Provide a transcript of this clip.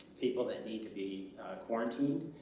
people that need to be quarantined